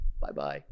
Bye-bye